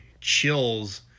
chills